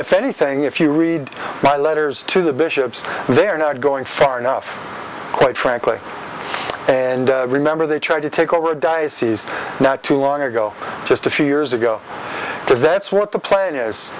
if anything if you read my letters to the bishops they're not going far enough quite frankly and remember they tried to take over diocese now too long ago just a few years ago so that's what the plan is